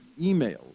emails